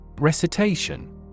Recitation